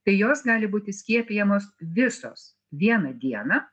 tai jos gali būti skiepijamos visos vieną dieną